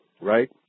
right